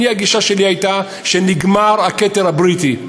הגישה שלי הייתה שנגמר הכתר הבריטי.